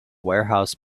warehouse